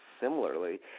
similarly